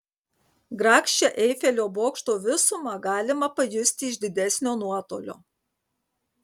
grakščią eifelio bokšto visumą galima pajusti iš didesnio nuotolio